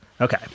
Okay